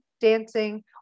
dancing